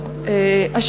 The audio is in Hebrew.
אחר כך את ושר המשפטים.